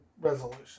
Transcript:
resolution